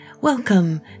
Welcome